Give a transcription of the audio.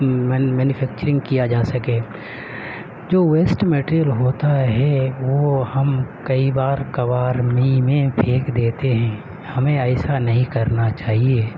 manufacturing کیا جا سکے جو ویسٹ مٹیریئل ہوتا ہے وہ ہم کئی بار کباڑ میں میں پھینک دیتے ہیں ہمیں ایسا نہیں کرنا چاہیے